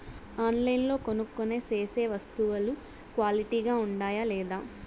ఆన్లైన్లో కొనుక్కొనే సేసే వస్తువులు క్వాలిటీ గా ఉండాయా లేదా?